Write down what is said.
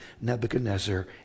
Nebuchadnezzar